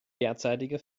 derzeitige